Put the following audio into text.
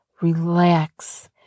relax